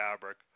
fabric